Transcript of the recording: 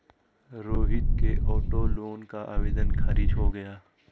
रोहित के auto loan का आवेदन खारिज हो गया